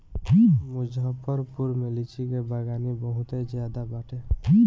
मुजफ्फरपुर में लीची के बगानी बहुते ज्यादे बाटे